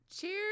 Cheers